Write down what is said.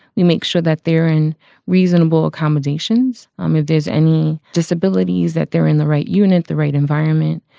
we make sure that they're in reasonable accommodations um if there's any disabilities, that they're in the right unit, the right environment.